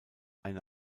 eine